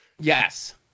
yes